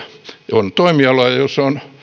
on toimialoja joilla on